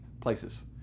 places